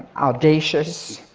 audacious,